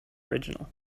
original